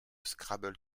scrabble